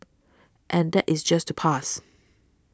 and that is just to pass